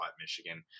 Michigan